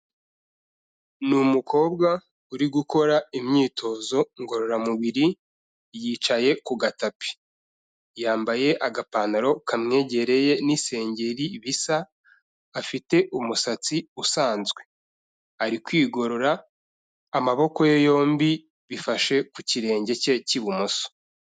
Ni umukobwa uri gukora imyitozo ngororamubiri, yicaye ku gatapi. Yambaye agapantaro kamwegereye n'isengeri bisa, afite umusatsi usanzwe. Ari kwigorora amaboko ye yombi bifashe ku kirenge cye cy'ibumoso.